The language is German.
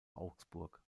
augsburg